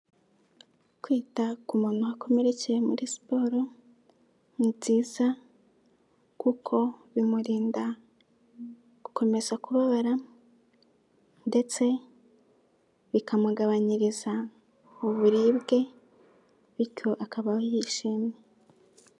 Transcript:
Kwita ku muntu wakomerekeye muri siporo ni byiza kuko bimurinda gukomeza kubabara ndetse bikamugabanyiriza uburibwe bityo akabaho yishimye.